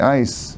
ice